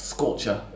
Scorcher